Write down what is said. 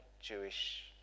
Jewish